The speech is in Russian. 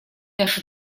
нашу